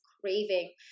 craving